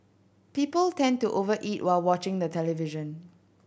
people tend to over eat while watching the television